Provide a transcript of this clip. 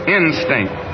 instinct